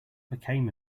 became